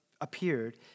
appeared